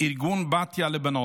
את ארגון בתיה לבנות.